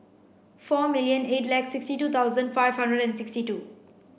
four million eight lakh sixty two thousand five hundred and sixty two